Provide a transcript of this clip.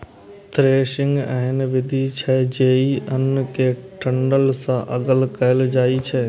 threshing एहन विधि छियै, जइसे अन्न कें डंठल सं अगल कैल जाए छै